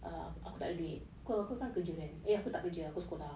err aku tak ada duit kalau aku kan kerja kan eh aku tak kerja aku sekolah